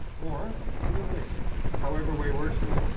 or in a list, however way works for you.